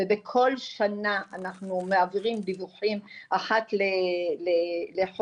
בכל שנה אנחנו מעבירים דיווחים אחת לחודש